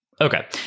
okay